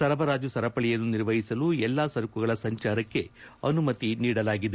ಸರಬರಾಜು ಸರಪಳಿಯನ್ನು ನಿರ್ವಹಿಸಲು ಎಲ್ಲಾ ಸರಕುಗಳ ಸಂಜಾರಕ್ಕೆ ಅನುಮತಿ ನೀಡಲಾಗಿದೆ